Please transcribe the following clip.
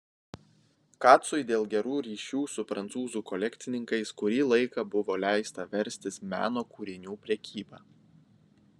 kacui dėl gerų ryšių su prancūzų kolekcininkais kurį laiką buvo leista verstis meno kūrinių prekyba